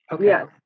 Yes